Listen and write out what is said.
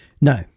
No